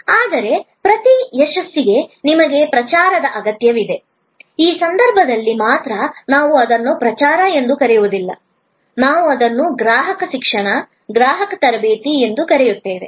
ಆದರೆ ಪ್ರತಿ ಯಶಸ್ಸಿಗೆ ನಿಮಗೆ ಪ್ರಚಾರದ ಅಗತ್ಯವಿದೆ ಈ ಸಂದರ್ಭದಲ್ಲಿ ಮಾತ್ರ ನಾವು ಅದನ್ನು ಪ್ರಚಾರ ಎಂದು ಕರೆಯುವುದಿಲ್ಲ ನಾವು ಅದನ್ನು ಗ್ರಾಹಕ ಶಿಕ್ಷಣ ಗ್ರಾಹಕ ತರಬೇತಿ ಎಂದು ಕರೆಯುತ್ತೇವೆ